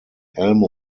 elmo